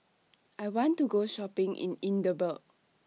I want to Go Shopping in Edinburgh